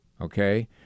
okay